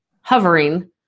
hovering